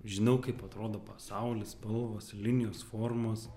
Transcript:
žinau kaip atrodo pasaulis spalvos linijos formos